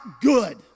good